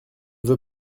veux